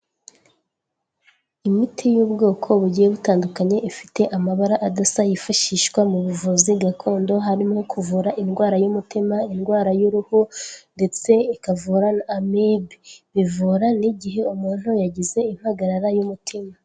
Imiti y'ubwoko bugiye butandukanye ifite amabara adasa yifashishwa mu buvuzi gakondo harimo kuvura indwara y'umutima, indwara y'uruhu, ndetse ikavura na amibe, bivura n'igihe umuntu yagize impagarara y'umutima.